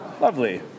lovely